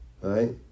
right